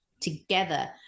Together